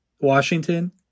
Washington